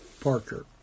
Parker